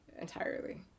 entirely